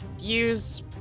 use